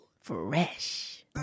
fresh